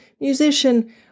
musician